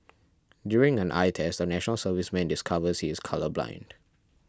during an eye test a National Serviceman discovers he is colourblind